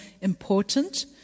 important